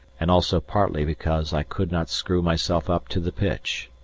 and also partly because i could not screw myself up to the pitch.